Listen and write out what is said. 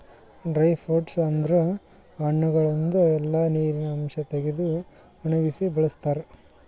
dry fruits ಅಂದುರ್ ಹಣ್ಣಗೊಳ್ದಾಂದು ಎಲ್ಲಾ ನೀರಿನ ಅಂಶ ತೆಗೆದು ಒಣಗಿಸಿ ಬಳ್ಸತಾರ್